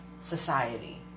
society